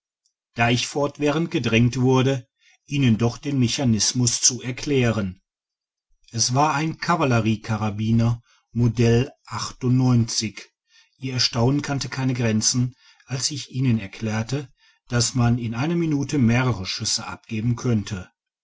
da ich digitized by google fortwahrend gedrängt wurde ihnen doch den mechanismus zu erklären es war ein kavallerie karabiner modell ihr erstaunen kannte keine grenzen als ich ihnen erklärte dass man in einer minute mehrere schüsse abgeben hönnte